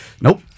Nope